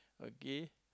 okay